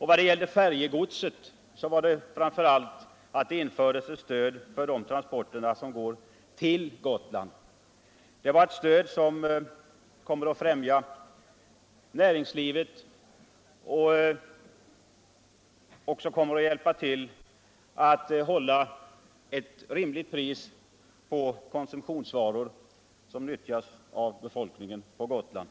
I vad gäller färjegodset infördes framför allt ett stöd för de transporter som går rill Gotland. Det är ett stöd som kommer att främja näringslivet och som även kommer att hjälpa till att hålla rimliga priser på konsumtionsvaror som nyttjas av befolkningen på Gotland.